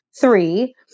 three